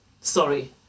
sorry